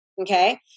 Okay